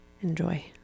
Enjoy